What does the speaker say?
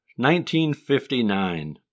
1959